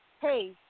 hey